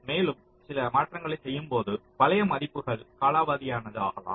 மேலும் சில மாற்றங்களைச் செய்யும்போது பழைய மதிப்புகள் காலாவதியானது ஆகலாம்